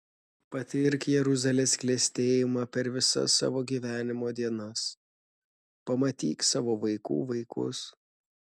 patirk jeruzalės klestėjimą per visas savo gyvenimo dienas pamatyk savo vaikų vaikus